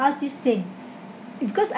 asked this thing because I